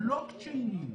בלוקצ'יינים,